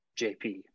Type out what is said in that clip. JP